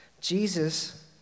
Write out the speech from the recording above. Jesus